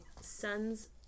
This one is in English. son's